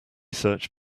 search